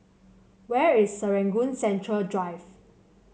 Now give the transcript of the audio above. where is Serangoon Central Drive